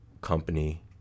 company